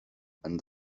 and